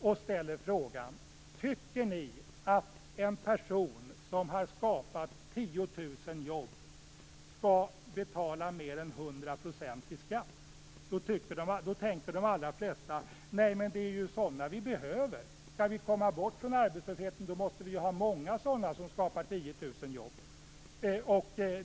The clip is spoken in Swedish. och ställer frågan: Tycker ni att en person som har skapat 10 000 jobb skall betala mer än 100 % i skatt?, så tänker de flesta: Nej, det är ju sådana vi behöver! Skall vi komma bort från arbetslösheten måste vi ha många sådana personer som skapar 10 000 jobb.